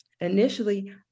initially